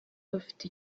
bafite